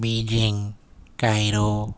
Beijing Cairo